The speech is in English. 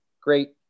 Great